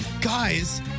guys